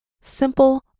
simple